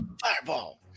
Fireball